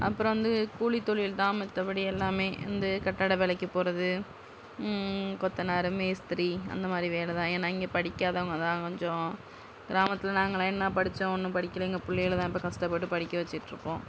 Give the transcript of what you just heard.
அப்புறோம் வந்து கூலி தொழில்தான் மற்றபடி எல்லாமே இந்த கட்டிட வேலைக்கு போகறது கொத்தனார் மேஸ்த்ரி அந்த மாதிரி வேலைதான் ஏன்னா இங்கே படிக்காதவங்க தான் கொஞ்சம் கிராமத்தில் நாங்கள்லாம் என்ன படிச்சோம் ஒன்றும் படிக்கிலை எங்கள் பிள்ளைவோலதான் இப்போ கஷ்டப்பட்டு படிக்க வச்சிட் இருக்கோம்